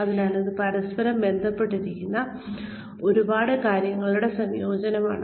അതിനാൽ ഇത് പരസ്പരം ബന്ധപ്പെട്ടിരിക്കുന്ന ഒരുപാട് കാര്യങ്ങളുടെ സംയോജനമാണ്